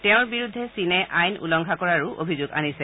তেওঁৰ বিৰুদ্ধে চীনে আইন উলংঘা কৰাৰ অভিযোগ আনিছে